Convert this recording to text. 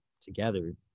together